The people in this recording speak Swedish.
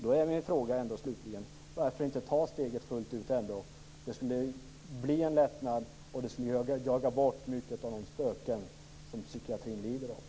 Då är min fråga: Varför inte ta steget fullt ut? Det skulle bli en lättnad, och det skulle jaga bort många av de spöken som psykiatrin lider av.